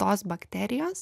tos bakterijos